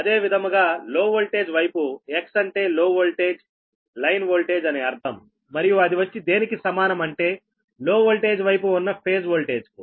అదే విధముగా low voltage వైపు X అంటే లో వోల్టేజ్ లైన్ ఓల్టేజ్ అని అర్థం మరియు అది వచ్చి దేనికి సమానం అంటే లో వోల్టేజ్ వైపు ఉన్నఫేజ్ వోల్టేజ్ కు